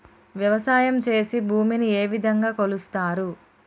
వ్యవసాయం చేసి భూమిని ఏ విధంగా కొలుస్తారు?